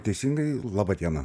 teisingai laba diena